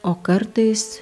o kartais